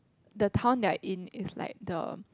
the town their in is like the